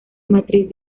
matriz